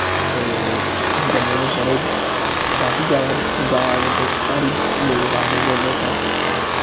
ते अस जन्ने होन्ने बड़े काफी ज्यादा पंजाब धाड़ी लोग आए दे होंदे उं'दे उत्थै